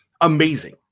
amazing